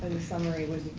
summary like